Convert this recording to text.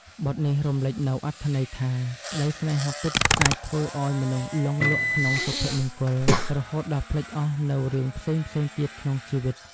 បទនេះរំលេចនូវអត្ថន័យថា ក្តីស្នេហាពិតអាចធ្វើឲ្យមនុស្សលង់លក់ក្នុងសុភមង្គល រហូតដល់ភ្លេចអស់នូវរឿងផ្សេងៗទៀតក្នុងជីវិត។